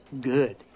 good